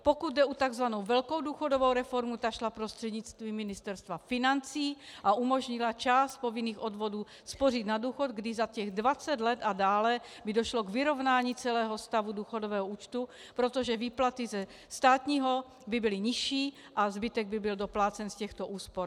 Pokud jde o tzv. velkou důchodovou reformu, ta šla prostřednictvím Ministerstva financí a umožnila část povinných odvodů spořit na důchod, kdy za těch 20 let a dále by došlo k vyrovnání celého stavu důchodového účtu, protože výplaty ze státního by byly nižší a zbytek by byl doplácen z těchto úspor.